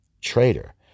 traitor